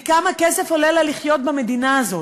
מכמה כסף עולה לה לחיות במדינה הזאת,